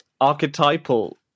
archetypal